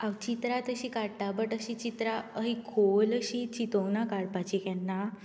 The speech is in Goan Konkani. हांव चित्रां तशीं काडटा बट अशीं चित्रां हांवें गोल अशीं चिंतूंक ना काडपाचीं केन्ना